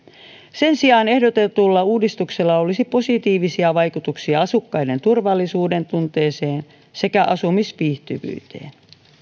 sen sijaan ehdotetulla uudistuksella olisi positiivisia vaikutuksia asukkaiden turvallisuudentunteeseen sekä asumisviihtyvyyteen